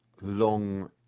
long